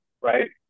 right